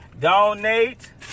Donate